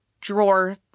drawer